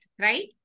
right